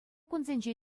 кунсенче